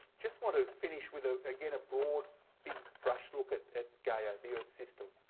just want to finish with, ah again, a broad, big-brush look at at gaia, the earth system.